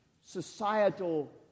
societal